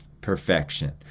perfection